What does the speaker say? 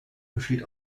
besteht